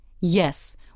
Yes